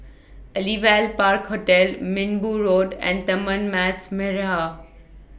Aliwal Park Hotel Minbu Road and Taman Mas Merah